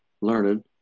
Learned